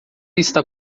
está